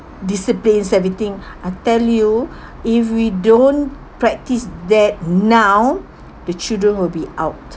disobeys everything I tell you if we don't practise that now the children will be out